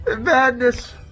Madness